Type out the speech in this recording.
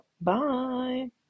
Bye